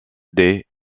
des